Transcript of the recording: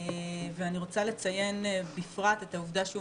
אני רוצה לציין בפרט את העובדה שהוא